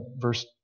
verse